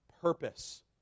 purpose